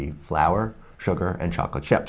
be flour sugar and chocolate chip